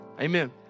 Amen